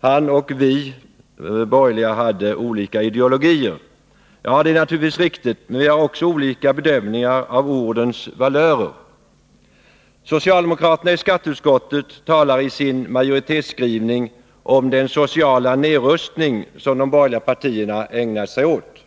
han och vi borgerliga har olika ideologier. Det är naturligtvis riktigt, men vi gör också olika bedömningar av ordens valörer. Socialdemokraterna i skatteutskottet talar i sin majoritetsskrivning om den sociala nedrustning som de borgerliga partierna ägnat sig åt.